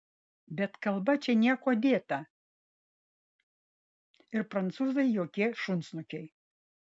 bet kalba čia niekuo dėta ir prancūzai jokie šunsnukiai